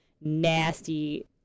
nasty